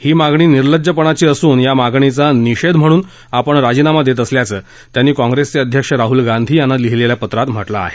ही मागणी निर्लज्जपणाची असून या मागणीचा निषेध म्हणून आपण राजीनामा देत असल्याचं त्यांनी काँग्रेसचे अध्यक्ष राहुल गांधी यांना लिहीलेल्या पत्रात म्हटलं आहे